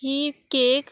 he cake